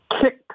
kick